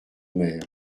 mer